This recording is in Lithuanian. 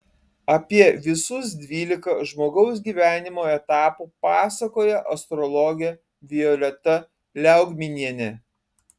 apie visus dvylika žmogaus gyvenimo etapų pasakoja astrologė violeta liaugminienė